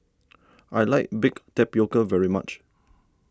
I like Baked Tapioca very much